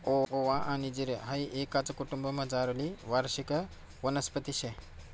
ओवा आनी जिरे हाई एकाच कुटुंबमझारली वार्षिक वनस्पती शे